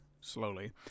slowly